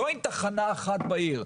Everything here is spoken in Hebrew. לא עם תחנה אחת בעיר,